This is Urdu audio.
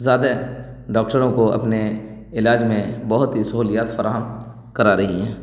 زیادہ ڈاکٹروں کو اپنے علاج میں بہت ہی سہولیات فراہم کرا رہی ہیں